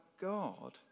God